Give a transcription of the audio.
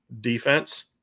defense –